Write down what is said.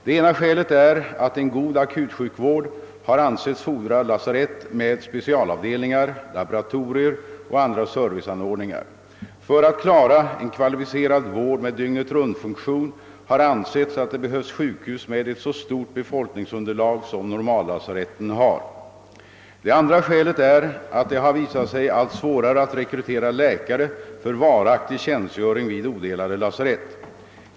Det ena skälet är att en god akutsjukvård har ansetts fordra lasarett med specialavdelningar, laboratorier och andra serviceanordningar. För att klara en kvalificerad vård med dygnetrunt-funktion har det ansetts att det behövs sjukhus med ett så stort befolkningsunderlag som :normallasaretten har. Det andra skälet är att det har visat sig allt svårare att rekrytera läkare för varaktig tjänstgöring vid odelade lasarett.